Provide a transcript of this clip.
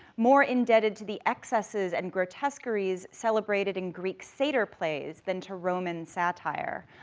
more indebted to the excesses and grotesqueries celebrated in greek satyr plays than to roman satire.